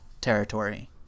territory